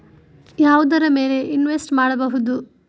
ಯಾವುದರ ಮೇಲೆ ಇನ್ವೆಸ್ಟ್ ಮಾಡಬಹುದು?